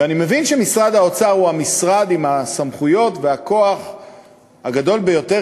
ואני מבין שמשרד האוצר הוא המשרד עם הסמכויות והכוח הגדול ביותר,